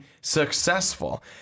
successful